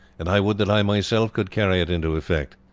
and i would that i myself could carry it into effect.